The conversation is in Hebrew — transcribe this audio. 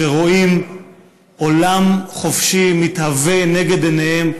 שרואים עולם חופשי מתהווה לנגד עיניהם,